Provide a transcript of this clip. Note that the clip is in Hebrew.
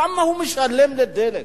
כמה הוא משלם על דלק?